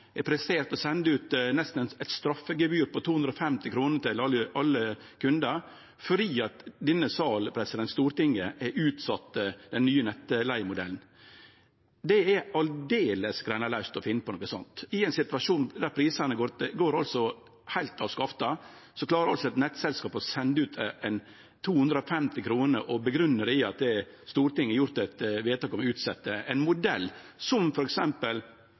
å sende ut eit slags straffegebyr på 250 kr til alle kundar fordi denne salen, Stortinget, har utsett den nye nettleigemodellen. Det er aldeles «greinalaust» å finne på noko sånt. I ein situasjon der prisane går heilt av skaftet, klarer altså eit nettselskap å sende ut ei ekstrarekning på 250 kr og grunngje det med at Stortinget har gjort eit vedtak om å utsetje ein modell, som